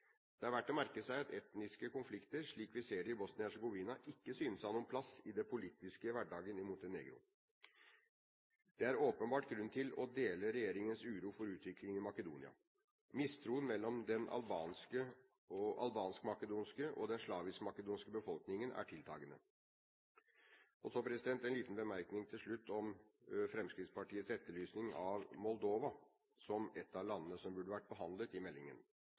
Det er verdt å merke seg at etniske konflikter, slik vi ser det i Bosnia-Hercegovina, ikke synes å ha noen plass i den politiske hverdagen i Montenegro. Det er åpenbart grunn til å dele regjeringens uro for utviklingen i Makedonia. Mistroen mellom den albansk-makedonske og den slavisk-makedonske befolkningen er tiltagende. Så en liten bemerkning til slutt om Fremskrittspartiets etterlysning av Moldova, som et av de landene som burde vært behandlet i meldingen.